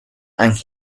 and